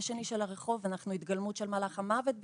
השני של הרחוב כי בעיניהם אנחנו התגלמות מלאך המוות.